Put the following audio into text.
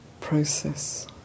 process